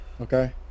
okay